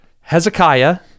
Hezekiah